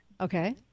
Okay